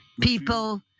people